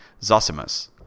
Zosimus